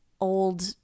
old